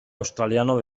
australiano